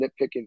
nitpicking